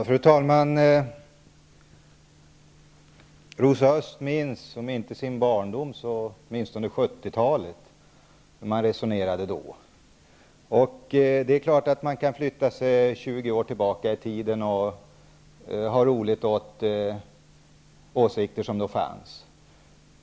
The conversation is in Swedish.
Fru talman! Rosa Östh minns om inte sin barndom så åtminstone 70-talet och de resonemang som fördes då. Det är klart att man kan förflytta sig 20 år tillbaka i tiden och ha roligt åt åsikter som då fanns.